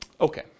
Okay